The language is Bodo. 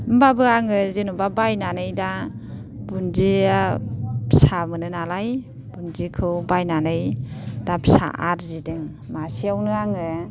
होनबाबो आङो जेनोबा बायनानै दा बुन्दिया फिसा मोनो नालाय बुन्दिखौ बायनानै दा फिसा आरजिदों मासेयावनो आङो